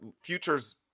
future's